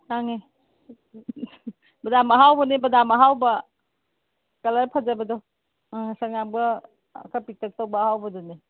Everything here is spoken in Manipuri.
ꯇꯥꯡꯉꯦ ꯕꯗꯥꯝ ꯑꯍꯥꯎꯕꯅꯦ ꯕꯗꯥꯝ ꯑꯍꯥꯎꯕ ꯀꯂꯔ ꯐꯖꯕꯗꯣ ꯉꯥꯡꯁꯪ ꯉꯥꯡꯕ ꯈꯔ ꯄꯤꯛꯇꯛ ꯇꯧꯕ ꯑꯍꯥꯎꯕꯗꯨꯅꯤ